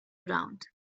around